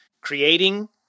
creating